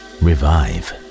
revive